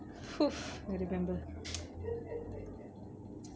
!oof! I remember